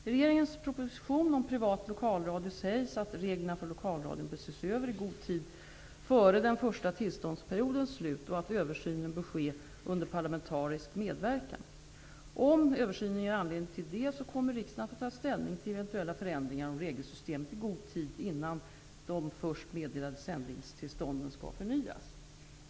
I regeringens proposition om privat lokalradio sägs att reglerna för lokalradion bör ses över i god tid före den första tillståndsperiodens slut och att översynen bör ske under parlamentarisk medverkan. Om översynen ger anledning till det kommer riksdagen att få ta ställning till eventuella förändringar i regelsystemet i god tid innan de först meddelade sändningstillstånden skall förnyas.